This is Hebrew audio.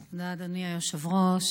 תודה, אדוני היושב-ראש.